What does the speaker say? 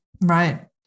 Right